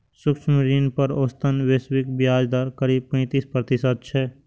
सूक्ष्म ऋण पर औसतन वैश्विक ब्याज दर करीब पैंतीस प्रतिशत छै